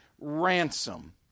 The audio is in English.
ransom